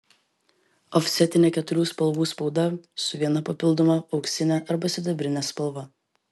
ofsetinė keturių spalvų spauda su viena papildoma auksine arba sidabrine spalva